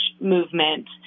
movement